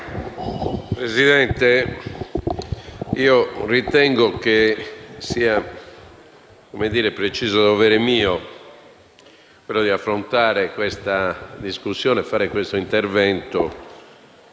Presidente, ritengo che sia mio preciso dovere affrontare questa discussione e fare questo intervento